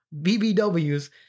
BBWs